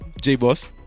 J-Boss